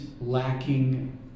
lacking